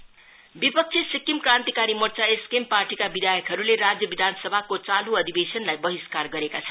SKM एसमलि विपक्षी Sikkim Krantikari Morcha SKM पार्टीका विधायकहरुले राज्य विधानसभाको चालु अधिवेशसनलाई बहिस्कार गरेका छन्